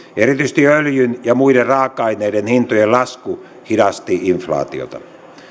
erityisesti öljyn ja muiden raaka aineiden hintojen lasku hidasti inflaatiota